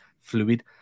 fluid